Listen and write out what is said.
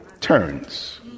turns